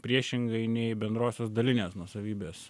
priešingai nei bendrosios dalinės nuosavybės